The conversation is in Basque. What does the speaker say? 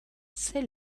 zer